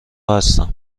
هستم